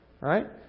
right